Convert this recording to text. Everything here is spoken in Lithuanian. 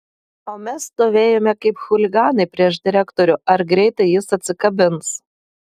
o mes stovėjome kaip chuliganai prieš direktorių ar greitai jis atsikabins